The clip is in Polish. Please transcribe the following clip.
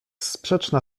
sprzeczna